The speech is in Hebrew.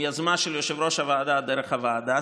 יוזמה של יושב-ראש הוועדה דרך הוועדה,